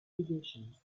divisions